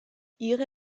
ihre